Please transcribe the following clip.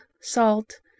salt